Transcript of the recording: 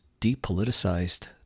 depoliticized